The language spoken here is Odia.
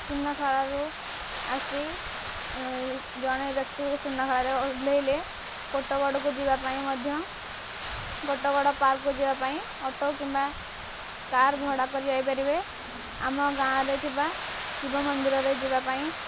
ସୁନାଖେଳାରୁ ଆସି ଜଣେ ବ୍ୟକ୍ତିକୁ ସୁନାଖଳାରେ ଓହ୍ଲାଇଲେ କୋଟଗଡ଼କୁ ଯିବା ପାଇଁ ମଧ୍ୟ କୋଟଗଡ଼ ପାର୍କକୁ ଯିବା ପାଇଁ ଅଟୋ କିମ୍ବା କାର୍ ଭଡ଼ା କରି ଯାଇପାରିବେ ଆମ ଗାଁରେ ଥିବା ଶିବ ମନ୍ଦିରରେ ଯିବା ପାଇଁ